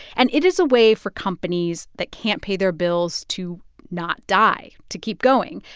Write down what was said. and it is a way for companies that can't pay their bills to not die, to keep going.